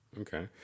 Okay